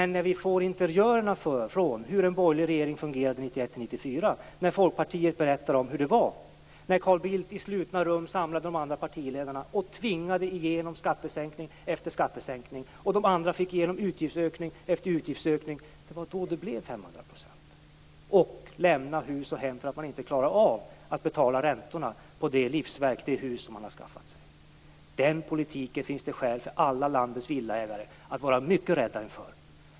Nu får vi interiörerna från hur den borgerliga regeringen fungerade 1991-1994 när Folkpartiet berättat hur det var. Carl Bildt samlade de andra partiledarna i slutna rum och tvingade igenom skattesänkning efter skattesänkning, och de andra fick igenom utgiftsökning efter utgiftsökning. Det var då det blev 500 % och folk fick lämna hus och hem därför att man inte klarade av att betala räntorna på det livsverk, det hus som man hade skaffat sig. Den politiken finns det skäl för alla landets villaägare att vara mycket räddare för.